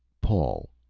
paul,